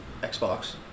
Xbox